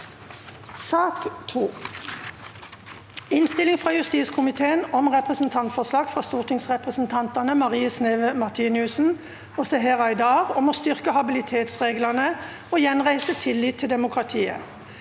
Innstilling fra justiskomiteen om Representantfor- slag fra stortingsrepresentantene Marie Sneve Martinus- sen og Seher Aydar om å styrke habilitetsreglene og gjenreise tillit til demokratiet